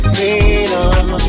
Freedom